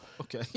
Okay